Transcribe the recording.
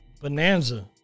bonanza